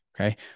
okay